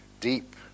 deep